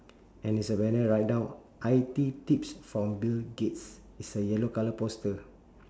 and there'e a banner write down I_T tips from bill gates it's a yellow colour poster